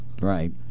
Right